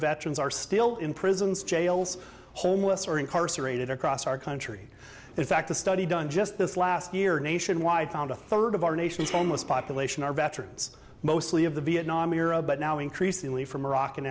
veterans are still in prisons jails homeless or incarcerated across our country in fact a study done just this last year nationwide found a third of our nation's homeless population are veterans mostly of the vietnam era but now increasingly from iraq and